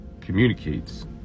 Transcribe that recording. communicates